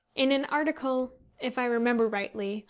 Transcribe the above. in an article if i remember rightly,